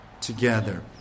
together